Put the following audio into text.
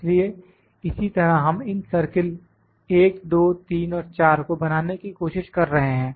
इसलिए इसी तरह हम इन सर्किल 1 2 3 और 4 को बनाने की कोशिश कर रहे हैं